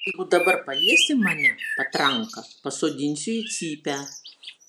jeigu dabar paliesi mane patranka pasodinsiu į cypę